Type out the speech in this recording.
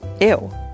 Ew